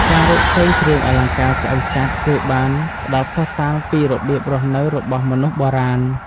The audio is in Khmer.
ការរកឃើញគ្រឿងអលង្ការឆ្អឹងសត្វ គឺបានផ្ដល់ភស្តុតាងពីរបៀបរស់នៅរបស់មនុស្សបុរាណ។